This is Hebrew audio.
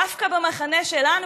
דווקא במחנה שלנו,